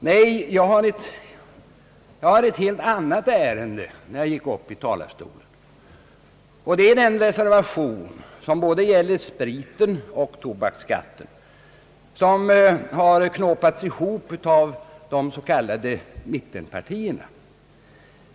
Nej, jag har ett helt annat ärende när jag går upp i talarstolen. Det gäller de reservationer som rör både spritskatten och tobaksskatten, som har knåpats ihop av de s.k. mittenpartierna.